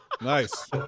Nice